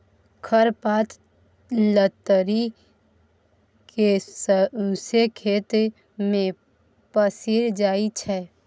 खर पात लतरि केँ सौंसे खेत मे पसरि जाइ छै